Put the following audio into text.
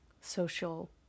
social